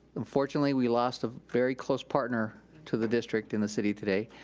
unfortunately, we lost a very close partner to the district in the city today.